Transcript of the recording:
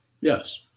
Yes